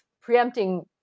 preempting